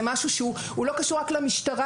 זה משהו שהוא לא קשור רק למשטרה.